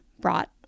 brought